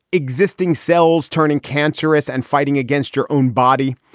existing cells turning cancerous and fighting against your own body.